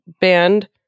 band